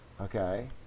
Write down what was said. Okay